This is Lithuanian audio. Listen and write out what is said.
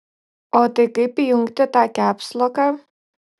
o tai kaip įjungti tą kepsloką